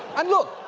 and look,